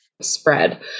spread